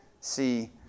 See